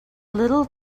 little